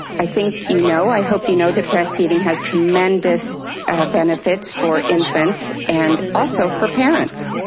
i think you know, i hope you know that breastfeeding has tremendous benefits for infants and also for parents.